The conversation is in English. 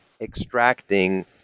extracting